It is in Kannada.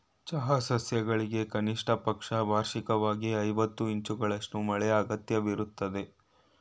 ಚಹಾ ಸಸ್ಯಗಳಿಗೆ ಕನಿಷ್ಟಪಕ್ಷ ವಾರ್ಷಿಕ್ವಾಗಿ ಐವತ್ತು ಇಂಚುಗಳಷ್ಟು ಮಳೆ ಅಗತ್ಯವಿರ್ತದೆ